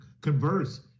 converse